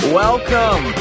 welcome